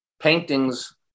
paintings